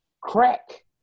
crack